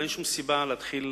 ואין שום סיבה להתחיל